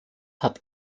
hat